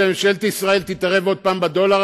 שממשלת ישראל תתערב עוד פעם בדולר,